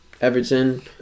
Everton